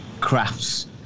crafts